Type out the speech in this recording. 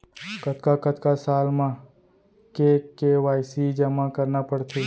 कतका कतका साल म के के.वाई.सी जेमा करना पड़थे?